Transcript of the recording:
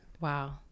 Wow